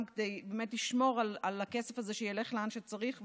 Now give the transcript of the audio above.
כדי באמת לשמור על הכסף הזה שילך לאן שצריך?